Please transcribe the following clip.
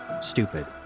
stupid